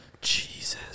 Jesus